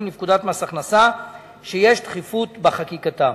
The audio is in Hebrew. לפקודת מס הכנסה שיש דחיפות בחקיקתם.